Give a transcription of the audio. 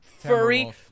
Furry